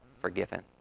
forgiven